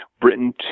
Britain